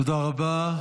תודה רבה.